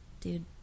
dude